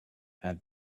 and